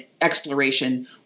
exploration